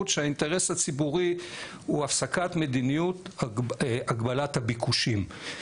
שהאינטרס הציבורי הוא הסקת מדיניות הגבלת הביקושים.